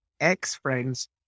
ex-friends